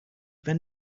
when